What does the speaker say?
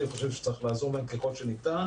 אני חושב שצריך לעזור להם ככל שניתן.